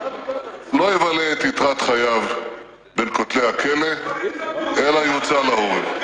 לא יבלה את יתרת חייו בין כותלי הכלא אלא יוצא להורג".